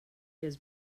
has